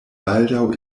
baldaŭ